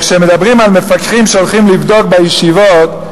כשמדברים על מפקחים שהולכים לבדוק בישיבות,